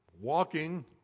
walking